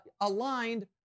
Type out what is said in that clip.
aligned